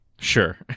sure